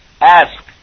ask